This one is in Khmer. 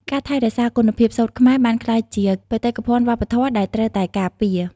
ការថែរក្សាគុណភាពសូត្រខ្មែរបានក្លាយជា បេតិកភណ្ឌវប្បធម៌ ដែលត្រូវតែការពារ។